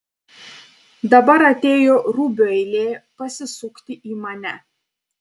dabar atėjo rubio eilė pasisukti į mane